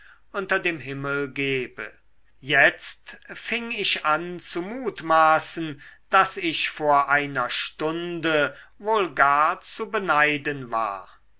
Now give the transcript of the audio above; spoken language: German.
unter dem himmel gebe jetzt fing ich an zu mutmaßen daß ich vor einer stunde wohl gar zu beneiden war